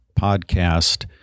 podcast